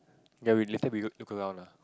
ya we later we go look around lah